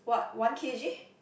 what one K_G